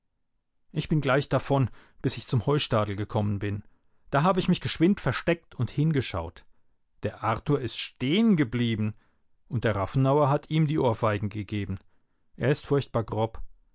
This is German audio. ich bin gleich davon bis ich zum heustadel gekommen bin da habe ich mich geschwind versteckt und hingeschaut der arthur ist stehengeblieben und der rafenauer hat ihm die ohrfeigen gegeben er ist furchtbar grob